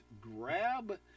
grab